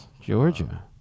Georgia